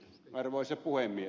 arvoisa puhemies